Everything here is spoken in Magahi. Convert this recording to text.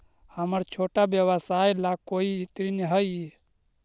हमर छोटा व्यवसाय ला कोई ऋण हई?